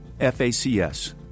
FACS